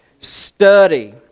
study